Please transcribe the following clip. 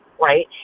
right